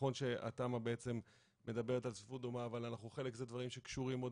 נכון שהתמ"א מדברת על צפיפות דומה אבל אלה דברים שקשורים עוד